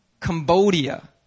Cambodia